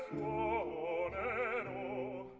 lord oh,